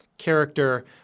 character